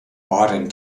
waren